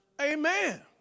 Amen